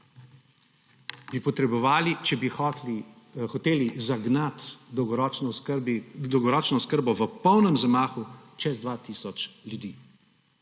bi potrebovali, če bi hoteli zagnati dolgoročno oskrbo v polnem zamahu, čez 2 tisoč ljudi.